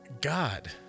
God